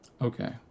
Okay